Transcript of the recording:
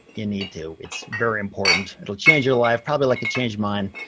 you need to. it's very important. it'll change your life probably like it changed mine.